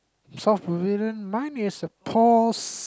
south pavillion mine is a paws